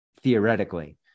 theoretically